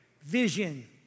vision